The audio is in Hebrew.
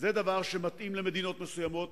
הן דבר שמתאים למדינות מסוימות.